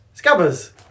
Scabbers